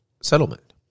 settlement